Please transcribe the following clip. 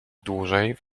dłużej